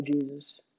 Jesus